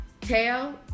Tail